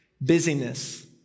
busyness